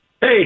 Hey